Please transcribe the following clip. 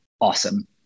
awesome